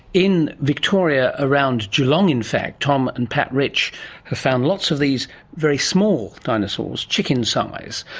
in victoria, around geelong in fact, tom and pat rich have found lots of these very small dinosaurs, chicken size.